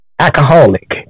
alcoholic